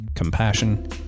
compassion